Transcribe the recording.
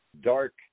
dark